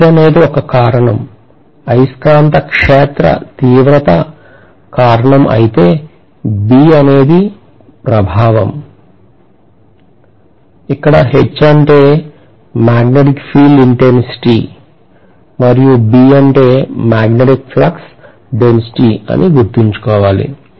H అనేది ఒక కారణం అయస్కాంత క్షేత్ర తీవ్రత కారణం ఐతే B అనేది ప్రభావం